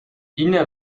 ine